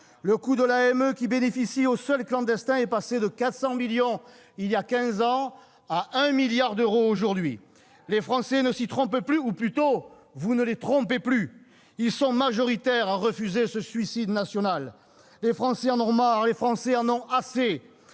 Le coût de l'AME, qui bénéficie aux seuls clandestins, est passé de 400 millions d'euros il y a quinze ans à 1 milliard d'euros aujourd'hui. Les Français ne s'y trompent plus, ou plutôt vous ne les trompez plus. Ils sont majoritaires à refuser ce suicide national. Les Français en ont marre, les Français en ont assez